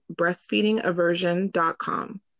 breastfeedingaversion.com